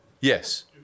Yes